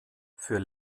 für